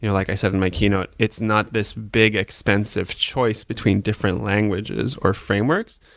you know like i said in my keynote, it's not this big, expensive choice between different languages or frameworks,